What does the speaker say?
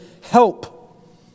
help